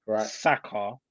Saka